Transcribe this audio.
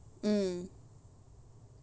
mm